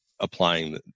applying